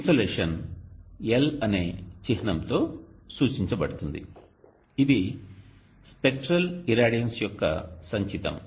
insolation L అనే చిహ్నంతో సూచించబడుతుంది ఇది స్పెక్ట్రల్ ఇరాడియన్స్ యొక్క సంచితం